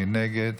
מי נגד?